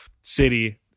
city